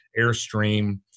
Airstream